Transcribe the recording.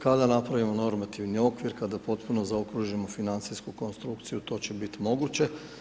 Kada napravimo normativni okvir, kada potpuno zaokružimo financijsku konstrukciju, to će biti moguće.